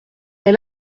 elle